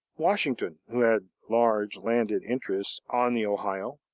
washington, had large landed interests on the ohio,